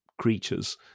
creatures